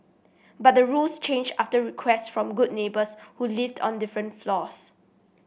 but the rules changed after requests from good neighbours who lived on different floors